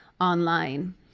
online